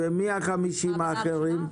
ומי החמישים אחוזים האחרים?